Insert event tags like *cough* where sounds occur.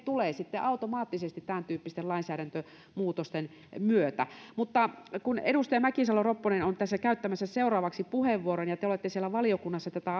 *unintelligible* tulee sitten automaattisesti tämäntyyppisten lainsäädäntömuutosten myötä mutta kun edustaja mäkisalo ropponen on tässä käyttämässä seuraavaksi puheenvuoron ja te olette siellä valiokunnassa tätä *unintelligible*